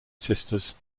sisters